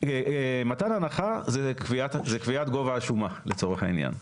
מתן הנחה זה קביעת גובה השומה לצורך העניין,